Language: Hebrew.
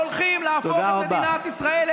הולכים להפוך את מדינת ישראל,